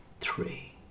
Three